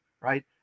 Right